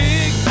Big